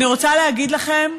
אני רוצה להגיד לכם,